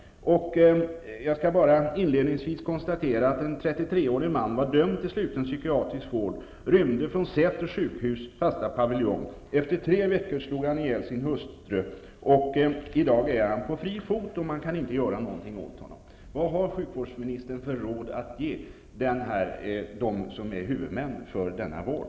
Jag kan inledningsvis konstatera att en 33-årig man var dömd till sluten psykiatrisk vård och rymde från Säters sjukhus fasta paviljong. Efter tre veckor slog han ihjäl sin hustru. I dag är han på fri fot, och man kan inte göra någonting åt honom. Vad har sjukvårdsministern för råd att ge huvudmännen för denna vård?